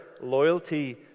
loyalty